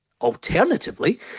Alternatively